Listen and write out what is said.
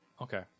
okay